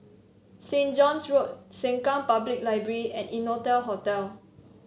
Saint John's Road Sengkang Public Library and Innotel Hotel